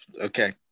Okay